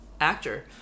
actor